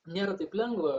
nėra taip lengva